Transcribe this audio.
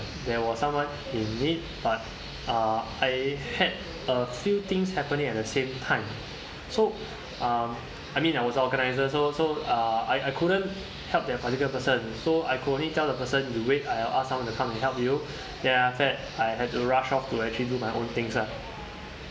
there was someone in need but uh I had a few things happening at the same time so uh I mean I was the organiser so so uh I I couldn't help that particular person so I could only tell the person you wait I'll ask someone to come and help you then after that I had to rush off to actually do my own things lah